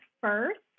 first